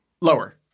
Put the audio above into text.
lower